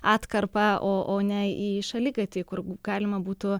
atkarpą o o ne į šaligatvį kur galima būtų